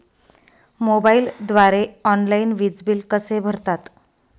मोबाईलद्वारे ऑनलाईन वीज बिल कसे भरतात?